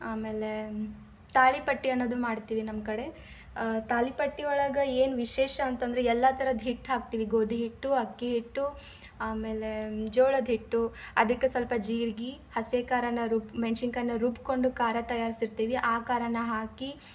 ಆಮೇಲೆ ತಾಳಿಪಟ್ಟು ಅನ್ನುವುದು ಮಾಡ್ತೀವಿ ನಮ್ಮ ಕಡೆ ತಾಲಿ ಪಟ್ಟು ಒಳಗೆ ಏನು ವಿಶೇಷ ಅಂತಂದ್ರೆ ಎಲ್ಲ ಥರದ ಹಿಟ್ಟು ಹಾಕ್ತೀವಿ ಗೋಧಿಹಿಟ್ಟು ಅಕ್ಕಿಹಿಟ್ಟು ಆಮೇಲೆ ಜೋಳದ ಹಿಟ್ಟು ಅದಕ್ಕೆ ಸ್ವಲ್ಪ ಜೀರ್ಗೆ ಹಸಿಖಾರನ ರುಬ್ಬಿ ಮೆಣ್ಸಿನ್ಕಾಯಿನ ರುಬ್ಬಿಕೊಂಡು ಖಾರ ತಯಾರ್ಸಿರ್ತೀವಿ ಆ ಖಾರನ ಹಾಕಿ